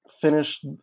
finish